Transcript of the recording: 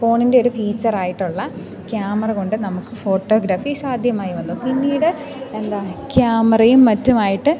ഫോണിൻ്റെ ഒരു ഫീച്ചറായിട്ടുള്ള ക്യാമറകൊണ്ട് നമുക്ക് ഫോട്ടോഗ്രാഫി സാധ്യമായി വന്നു പിന്നീട് എന്താ ക്യാമറയും മറ്റുമായിട്ട്